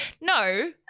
No